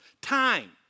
Time